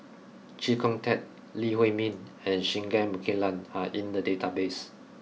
Chee Kong Tet Lee Huei Min and Singai Mukilan are in the database